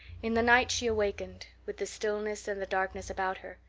in the night she awakened, with the stillness and the darkness about her,